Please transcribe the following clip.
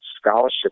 scholarship